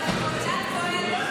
לא